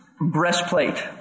breastplate